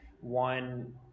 one